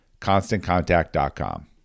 constantcontact.com